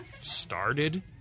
started